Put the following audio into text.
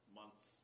months